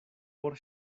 por